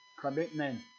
commitment